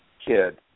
kid